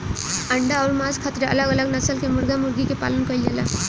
अंडा अउर मांस खातिर अलग अलग नसल कअ मुर्गा मुर्गी कअ पालन कइल जाला